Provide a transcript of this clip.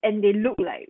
and they look like